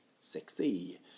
Sexy